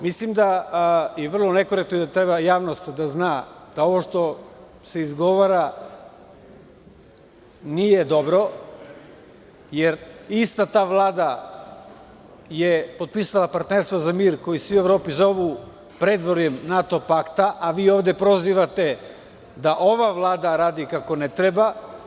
Mislim da je vrlo nekorektno i da treba javnost da zna da ovo što se izgovara nije dobro jer ista ta Vlada je potpisala Partnerstvo za mir koji svi u Evropi zovu predvorjem NATO pakta, a vi ovde prozivate da ova vlada radi kako ne treba.